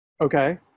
Okay